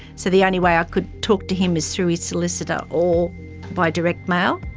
so the only way i could talk to him is through his solicitor or by direct mail.